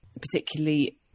particularly